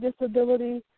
disability